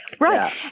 Right